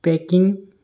packing